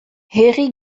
herri